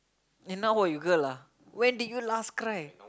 and now what you girl ah when did you last cry